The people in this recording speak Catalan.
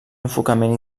enfocament